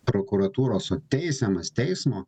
prokuratūros o teisiamas teismo